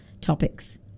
topics